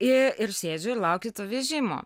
ir sėdžiu ir laukit vežimo